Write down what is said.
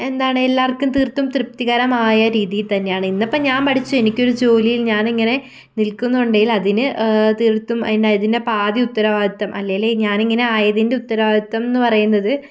എന്താണ് എല്ലാവർക്കും തീർത്തും തൃപ്തികരമായ രീതിയിൽ തന്നെയാണ് ഇന്ന് ഇപ്പം ഞാൻ പഠിച്ച് എനിക്ക് ഒരു ജോലിയിൽ ഞാൻ ഇങ്ങനെ നിൽക്കുന്നുണ്ടെങ്കിൽ അതിന് തീർത്തും അതിന് അതിൻ്റെ പാതി ഉത്തരവാദിത്വം അല്ലെങ്കിൽ ഞാൻ ഇങ്ങനെ ആയതിൻ്റെ ഉത്തരവാദിത്വം എന്ന് പറയുന്നത്